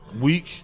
week